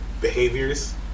behaviors